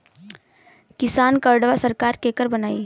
किसान कार्डवा सरकार केकर बनाई?